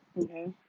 Okay